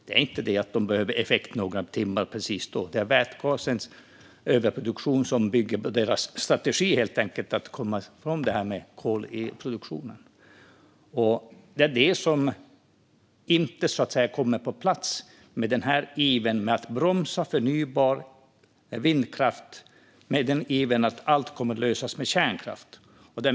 Det är inte så att industrin behöver effekt under några timmar en viss tid, utan strategin för att komma ifrån kol i produktionen bygger helt enkelt på vätgasen. Det är detta som inte kommer på plats med denna iver att bromsa förnybar vindkraft i tron att allt kommer att lösas med kärnkraft.